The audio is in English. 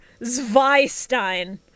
Zweistein